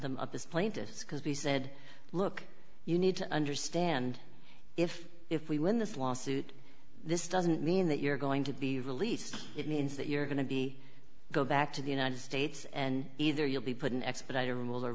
them up as plaintiffs because we said look you need to understand if if we win this lawsuit this doesn't mean that you're going to be released it means that you're going to be go back to the united states and either you'll be put in x but i never w